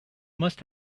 must